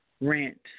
rent